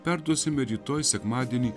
perduosime rytoj sekmadienį